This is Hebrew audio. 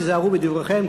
היזהרו בדבריכם",